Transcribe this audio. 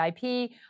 VIP